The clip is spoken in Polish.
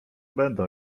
będą